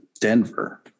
Denver